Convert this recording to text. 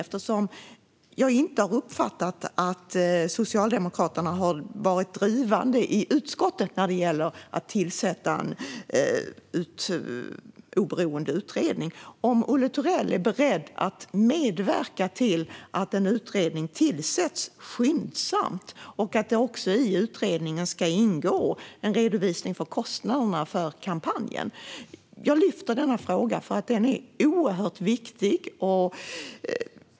Eftersom jag inte har uppfattat att Socialdemokraterna har varit drivande i utskottet när det gäller att tillsätta en oberoende utredning undrar jag om Olle Thorell är beredd att medverka till att en utredning tillsätts skyndsamt och att det i utredningen också ska ingå en redovisning av kostnaderna för kampanjen. Jag lyfter fram denna fråga eftersom den är oerhört viktig.